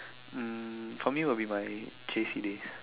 um for me would be my J_C days